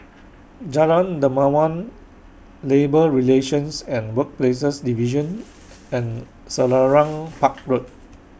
Jalan Dermawan Labour Relations and Workplaces Division and Selarang Park Road